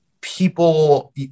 people